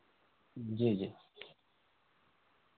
جی جی